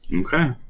Okay